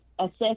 assess